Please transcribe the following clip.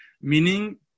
meaning